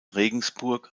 regensburg